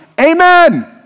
amen